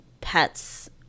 pets